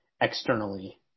externally